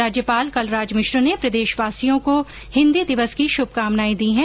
राज्यपाल कलराज मिश्र ने प्रदेशवासियों को हिन्दी दिवस की शुभकामनायें दीं हैं